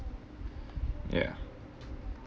ya